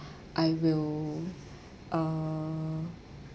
I will uh